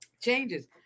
Changes